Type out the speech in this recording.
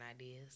ideas